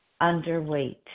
underweight